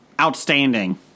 outstanding